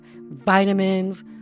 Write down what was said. vitamins